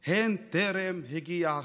/ הן טרם הגיע החבל.